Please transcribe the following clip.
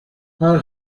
her